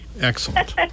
excellent